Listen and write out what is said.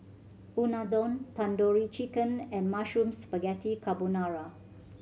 Unadon Tandoori Chicken and Mushroom Spaghetti Carbonara